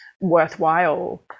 worthwhile